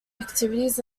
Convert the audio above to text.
activities